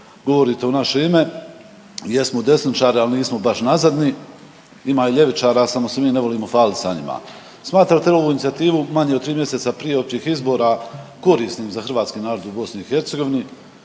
govorite u naše ime, jesmo desničari ali nismo baš nazadni. Ima i ljevičara samo se mi ne volimo falit sa njima. Smatrate li ovu inicijativu manje od 3 mjeseca prije općih izbora korisnim za hrvatski narod u BiH?